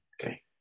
Okay